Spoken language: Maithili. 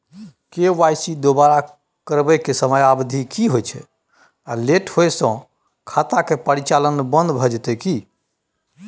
के.वाई.सी दोबारा करबै के समयावधि की होय छै आ लेट होय स खाता के परिचालन बन्द भ जेतै की?